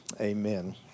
Amen